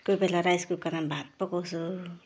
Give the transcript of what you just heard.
कोही बेला राइस कुकरमा भात पकाउँछु